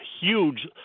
huge